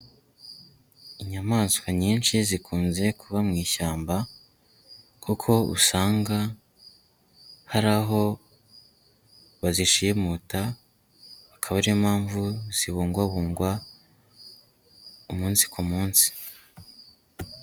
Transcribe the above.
Inyamaswa nyinshi zikunze kuba mu ishyamba, kuko usanga hari aho bazishimuta akaba ari yo mpamvu zibungwabungwa umunsi ku munsi.